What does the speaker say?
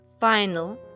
final